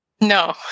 No